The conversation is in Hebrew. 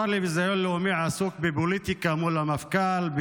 השר לביזיון לאומי עסוק בפוליטיקה מול המפכ"ל,